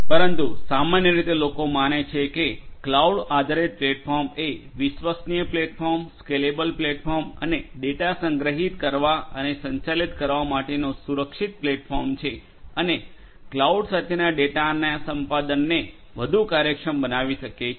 પરંતુ સામાન્ય રીતે લોકો માને છે કે ક્લાઉડ આધારિત પ્લેટફોર્મ એ વિશ્વસનીય પ્લેટફોર્મ સ્કેલેબલ પ્લેટફોર્મ અને ડેટા સંગ્રહિત કરવા અને સંચાલિત કરવા માટેનું સુરક્ષિત પ્લેટફોર્મ છે અને ક્લાઉડ સાથેના ડેટાના સંપાદનને વધુ કાર્યક્ષમ બનાવી શકે છે